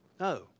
No